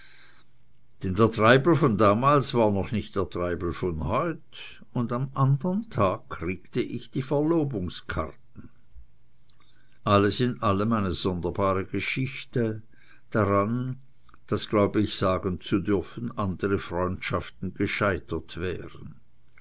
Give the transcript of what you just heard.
der treibel von damals war noch nicht der treibel von heut und am andern tag kriegte ich die verlobungskarten alles in allem eine sonderbare geschichte daran das glaub ich sagen zu dürfen andere freundschaften gescheitert wären